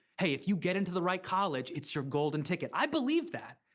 hey, if you get into the right college, it's your golden ticket. i believed that.